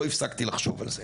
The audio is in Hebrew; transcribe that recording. לא הפסקתי לחשוב על זה.